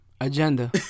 Agenda